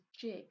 jig